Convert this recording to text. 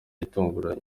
itunguranye